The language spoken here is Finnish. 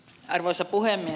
arvoisa puhemies